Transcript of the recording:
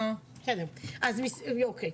אוקיי.